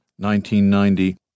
1990